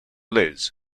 liz